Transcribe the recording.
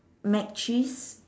mac cheese